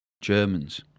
Germans